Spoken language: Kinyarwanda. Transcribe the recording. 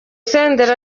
senderi